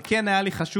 אבל כן היה לי חשוב,